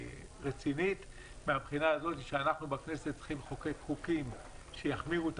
רצינית מהבחינה הזאת שאנחנו בכנסת צריכים לחוקק חוקים שיחמירו את